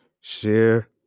share